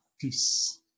Peace